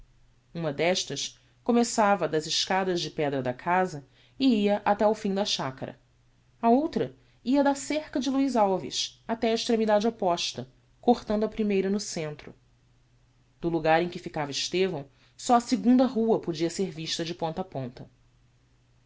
uma destas começava das escadas de pedra da casa e ia até o fim da chacara a outra ia da cerca de luiz alves até á extremidade opposta cortando a primeira no centro do lugar em que ficava estevão só a segunda rua podia ser vista de ponta a ponta